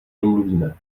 domluvíme